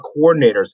coordinators